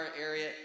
area